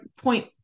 point